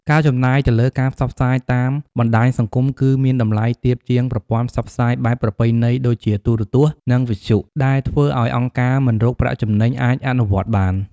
ការចំណាយទៅលើការផ្សព្វផ្សាយតាមបណ្តាញសង្គមគឺមានតម្លៃទាបជាងប្រព័ន្ធផ្សព្វផ្សាយបែបប្រពៃណីដូចជាទូរទស្សន៍ និងវិទ្យុ ដែលធ្វើឲ្យអង្គការមិនរកប្រាក់ចំណេញអាចអនុវត្តបាន។